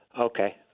Okay